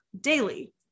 daily